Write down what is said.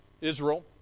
Israel